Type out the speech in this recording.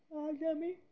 আজ আমি